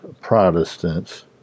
Protestants